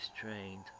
trained